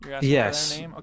Yes